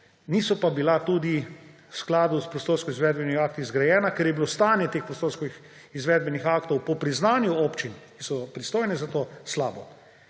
niso pa bile tudi v skladu s prostorskimi izvedbenimi akti zgrajene, ker je bilo stanje teh prostorskih izvedbenih aktov po priznanju občin, ki so pristojne za to, slabo.